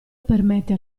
permette